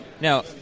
Now